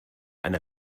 eine